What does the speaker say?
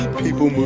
people movin'